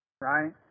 Right